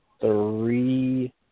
three